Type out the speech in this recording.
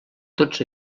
tots